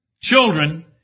children